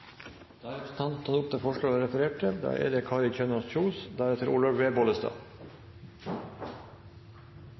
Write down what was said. Da har representanten Geir Pollestad tatt opp det forslaget han refererte